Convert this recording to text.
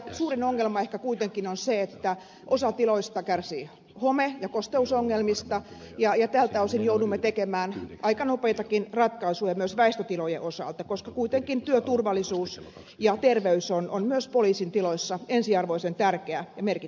suurin ongelma ehkä kuitenkin on se että osa tiloista kärsii home ja kosteusongelmista ja tältä osin joudumme tekemään aika nopeitakin ratkaisuja myös väistötilojen osalta koska kuitenkin työturvallisuus ja terveys on myös poliisin tiloissa ensiarvoisen tärkeä ja merkittävä asia